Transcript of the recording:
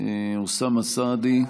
(הוראת שעה,